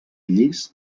llis